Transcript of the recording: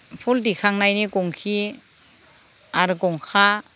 फुल दिखांनायनि गनखि आरो गनखा